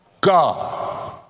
God